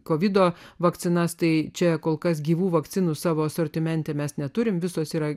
kovido vakcinas tai čia kol kas gyvų vakcinų savo asortimente mes neturime visos yra